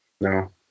No